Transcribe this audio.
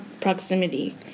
proximity